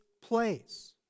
place